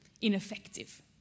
ineffective